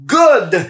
good